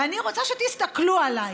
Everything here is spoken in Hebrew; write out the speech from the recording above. ואני רוצה שתסתכלו עליי,